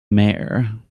mayor